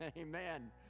Amen